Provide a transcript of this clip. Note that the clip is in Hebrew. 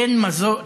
תן מזור,